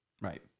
Right